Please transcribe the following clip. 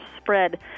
spread